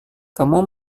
kamu